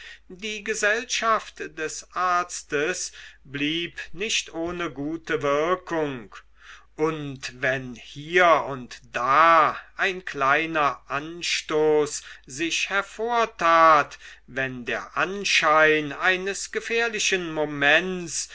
die gesellschaft des arztes blieb nicht ohne gute wirkung und wenn hier und da ein kleiner anstoß sich hervortat wenn der anschein eines gefährlichen moments